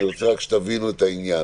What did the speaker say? אני רק רוצה שתבינו את העניין,